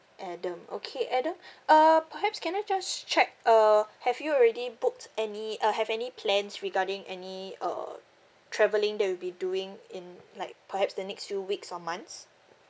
adam okay adam uh perhaps can I just check uh have you already booked any uh have any plans regarding any uh travelling that you'll be doing in like perhaps the next few weeks or months